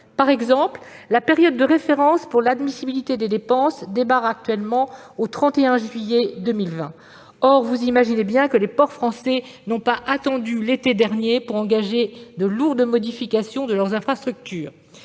Par exemple, la période de référence pour l'admissibilité des dépenses démarre actuellement au 31 juillet 2020. Or, monsieur le secrétaire d'État, vous imaginez bien que les ports français n'ont pas attendu l'été dernier pour engager de lourdes modifications de leurs infrastructures.